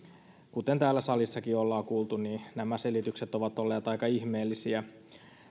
kuten täällä salissakin ollaan kuultu nämä selitykset ovat olleet aika ihmeellisiä